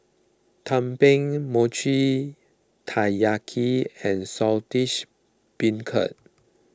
Tumpeng Mochi Taiyaki and Saltish Beancurd